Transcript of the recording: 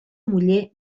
muller